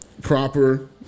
proper